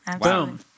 Boom